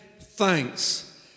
thanks